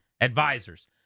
advisors